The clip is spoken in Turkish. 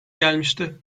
gelmişti